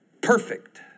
Perfect